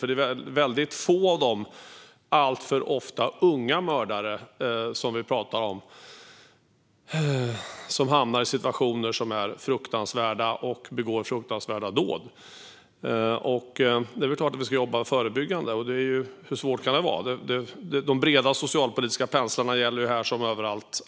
Det är nämligen alltför ofta unga mördare som vi talar om som hamnar i situationer som är fruktansvärda och begår fruktansvärda dåd. Det är klart att vi ska jobba förebyggande. Hur svårt kan det vara? De breda socialpolitiska penseldragen gäller här liksom överallt.